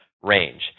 range